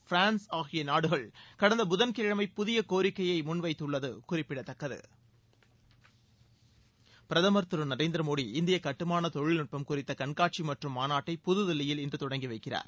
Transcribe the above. France ஆகிய நாடுகள் கடந்த புதன்கிழமை புதிய கோரிக்கையை முன் வைத்துள்ளது குறிப்பிடத்தக்கது பிரதமர் திரு நரேந்திர மோடி இந்திய கட்டுமான தொழில்நுட்பம் குறித்த கண்காட்சி மற்றும் மாநாட்டை புதுதில்லியில் இன்று தொடங்கி வைக்கிறார்